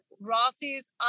Rossi's